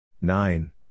Nine